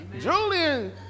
julian